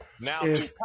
Now